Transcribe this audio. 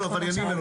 אנחנו עבריינים.